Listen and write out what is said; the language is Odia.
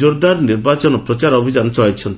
ଜୋରଦାର ନିର୍ବାଚନ ପ୍ରଚାର ଅଭିଯାନ ଚଳାଇଛନ୍ତି